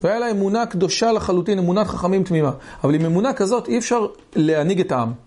והיה לה אמונה קדושה לחלוטין, אמונת חכמים תמימה. אבל עם אמונה כזאת אי אפשר להנהיג את העם.